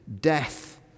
death